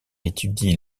étudie